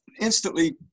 instantly